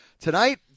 Tonight